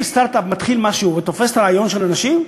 אם סטרט-אפ מתחיל משהו ותופס את הרעיון של אנשים,